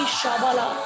Shabala